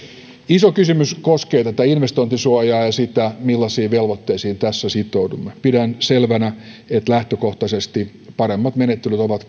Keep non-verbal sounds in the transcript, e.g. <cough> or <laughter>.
iso kysymys koskee tätä investointisuojaa ja sitä millaisiin velvoitteisiin tässä sitoudumme pidän selvänä että lähtökohtaisesti parempia menettelyjä ovat <unintelligible>